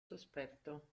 sospetto